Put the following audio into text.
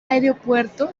aeropuerto